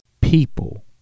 people